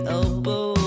elbow